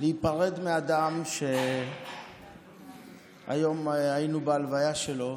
להיפרד מאדם שהיום היינו בהלוויה שלו,